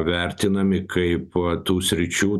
vertinami kaip tų sričių